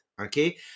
Okay